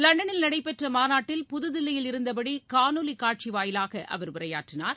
லண்டனில் நடைபெற்ற மாநாட்டில் புதுதில்லியில் இருந்தபடி காணொலி காட்சி வாயிலாக அவர் உரையாற்றினார்